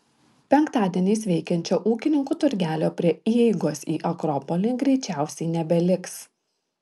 penktadieniais veikiančio ūkininkų turgelio prie įeigos į akropolį greičiausiai nebeliks